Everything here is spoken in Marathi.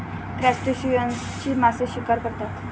क्रस्टेशियन्सची मासे शिकार करतात